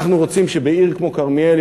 אנחנו רוצים שבעיר כמו כרמיאל,